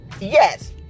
yes